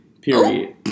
Period